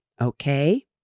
Okay